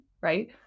right